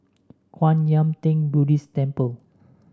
Kwan Yam Theng Buddhist Temple